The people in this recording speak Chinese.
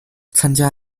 参加